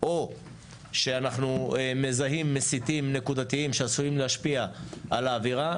או שאנחנו מזהים מסיתים נקודתיים שעשויים להשפיע על האווירה,